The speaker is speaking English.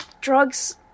drugs